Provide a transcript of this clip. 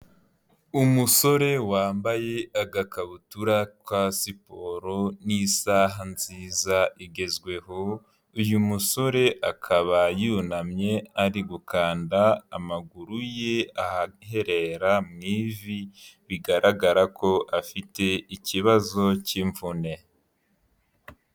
Umusore wambaye agakabutura ka siporo n'isaha nziza igezweho, uyu musore akaba yunamye ari gukanda amaguru ye ahaherera mu ivi bigaragara ko afite ikibazo cy'imvune.